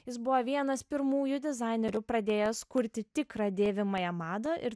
jis buvo vienas pirmųjų dizainerių pradėjęs kurti tikrą dėvimąją madą ir